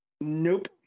Nope